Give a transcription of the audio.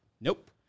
nope